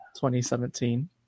2017